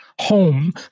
home